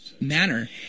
manner